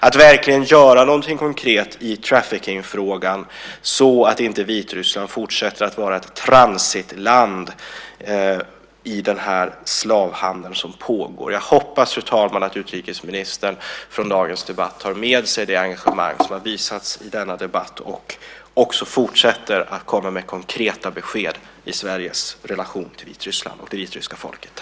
Något konkret måste göras i trafficking frågan så att inte Vitryssland fortsätter att vara ett transitland i den slavhandel som pågår. Jag hoppas, fru talman, att utrikesministern tar med sig det engagemang som visats i dagens debatt och fortsätter att komma med konkreta besked om Sveriges relation till Vitryssland och det vitryska folket.